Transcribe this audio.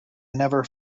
never